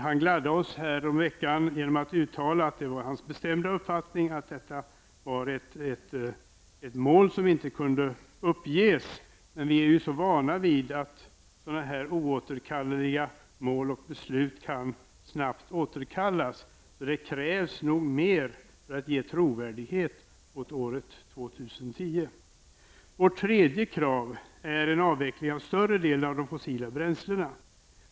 Han gladde oss härom veckan genom att uttala att det var hans bestämda uppfattning att detta var ett mål som inte kunde uppges. Men vi är ju så vana vid att oåterkalleliga mål och beslut snabbt kan återkallas. Det krävs nog mer för att ge trovärdighet åt året 2010. Vårt tredje krav är en avveckling av större delen av de fossila bränslena.